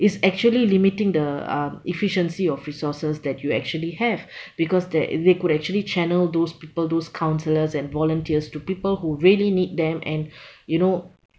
is actually limiting the uh efficiency of resources that you actually have because they they could actually channel those people those counsellors and volunteers to people who really need them and you know